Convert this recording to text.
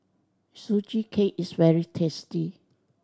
Sugee Cake is very tasty